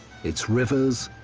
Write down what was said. its rivers,